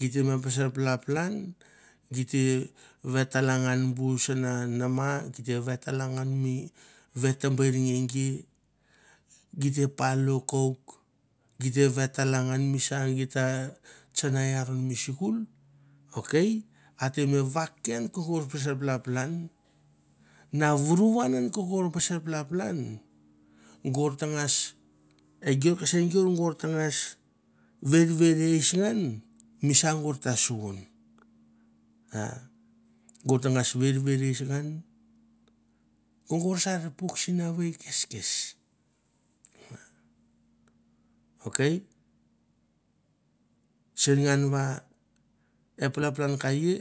git te me bet basser palapalan gi te ve tala ngan bu sana nama gi te ve tala ngan mi ve teber nge gi gi te palo kouk gi te ve tala ngan mi sa gi ta tsana i aron mi sikul ok ate mi vak ke an ke gor ser palapalan na vuruvan an ke gor ba baser palapalan gor tangas e gor kese gor gor tangas ververis ngan ke gor sa gor ta suvon. Gor tangas ververis ngan ke gor sa pik sinavei kes kes ok sen ngan va e palapalan ka i